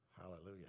Hallelujah